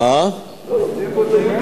אולי להוציא, מפה.